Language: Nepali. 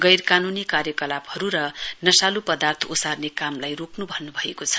गैर कानुनी कार्यकलाहरू र नशालु पदार्थ ओसार्ने कामलाई रोक्नु भन्नु भएको छ